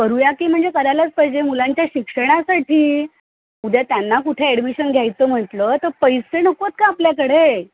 करूया की म्हणजे करायलाच पाहिजे मुलांच्या शिक्षणासाठी उद्या त्यांना कुठे ॲडमिशन घ्यायचं म्हंटलं तर पैसे नकोत का आपल्याकडे